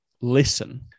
listen